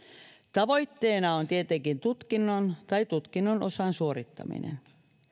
tavoitteena on tietenkin tutkinnon tai tutkinnon osan suorittaminen